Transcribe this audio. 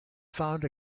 found